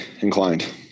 inclined